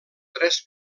tres